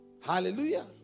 Hallelujah